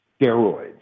steroids